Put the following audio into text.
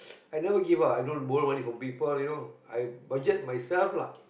I never give up i don't borrow money from people you know I budget myself lah